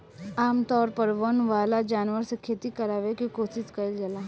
आमतौर पर वन वाला जानवर से खेती करावे के कोशिस कईल जाला